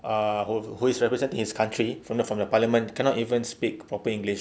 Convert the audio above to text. err who is representing his country coming from the parliament cannot even speak proper english